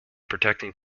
protecting